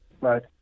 Right